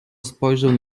spojrzę